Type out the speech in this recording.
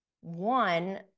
One